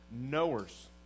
knowers